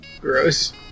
Gross